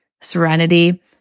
serenity